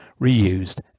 reused